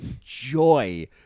joy